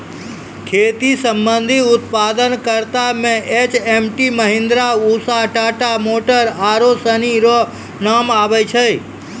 खेती संबंधी उप्तादन करता मे एच.एम.टी, महीन्द्रा, उसा, टाटा मोटर आरु सनी रो नाम आबै छै